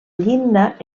llinda